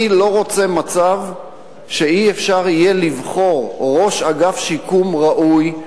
אני לא רוצה מצב שאי-אפשר יהיה לבחור ראש אגף שיקום ראוי,